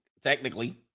technically